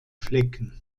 flecken